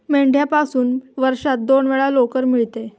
मेंढ्यापासून वर्षातून दोन वेळा लोकर मिळते